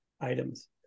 items